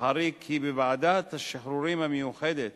החריג כי בוועדת השחרורים המיוחדת